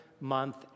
Month